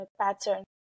pattern